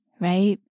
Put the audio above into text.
right